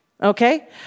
Okay